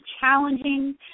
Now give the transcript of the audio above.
challenging